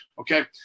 Okay